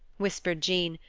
whispered jean,